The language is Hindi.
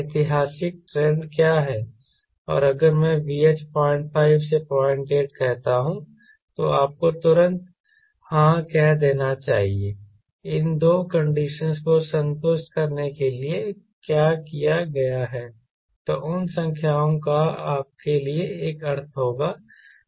ऐतिहासिक ट्रेंड क्या है और अगर मैं VH 05 से 08 कहता हूं तो आपको तुरंत हां कह देना चाहिए इन दो कंडीशनस को संतुष्ट करने के लिए क्या किया गया है तो उन संख्याओं का आपके लिए एक अर्थ होगा